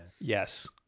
Yes